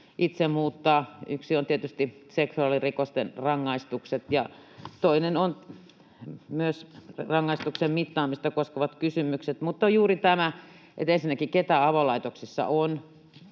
muuttaa. Yksi on tietysti seksuaalirikosten rangaistukset, ja toinen on rangaistuksen mittaamista koskevat kysymykset. Mutta on ensinnäkin juuri tämä, keitä avolaitoksissa on,